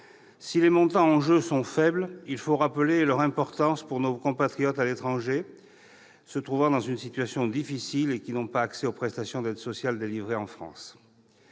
Si les montants en jeu sont faibles, il faut rappeler leur importance pour nos compatriotes à l'étranger se trouvant dans une situation difficile et qui n'ont pas accès aux prestations d'aide sociale délivrées en France.